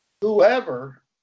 whoever